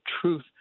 truth